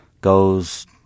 goes